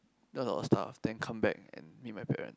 do a lot of stuff then come back and meet my parent